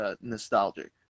nostalgic